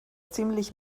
ziemlich